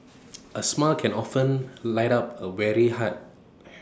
A smile can often light up A weary spirit